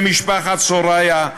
למשפחות סרויה,